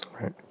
Right